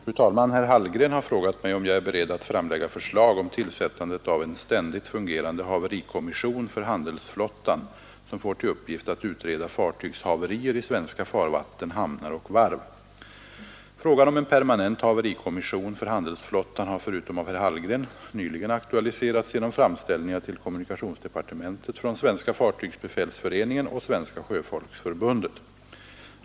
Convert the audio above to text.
Fru talman! Herr Hallgren har frågat mig om jag är beredd att framlägga förslag om tillsättandet av en ständigt fungerande haverikommission för handelsflottan som får till uppgift att utreda fartygshaverier i svenska farvatten, hamnar och varv. Frågan om en permanent haverikommission för handelsflottan har förutom av herr Hallgren nyligen aktualiserats genom framställningar till kommunikationsdepartementet från Svenska fartygsbefälsföreningen och Svenska sjöfolksförbundet.